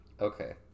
Okay